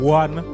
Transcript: one